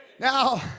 Now